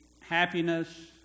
happiness